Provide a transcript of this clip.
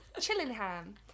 Chillingham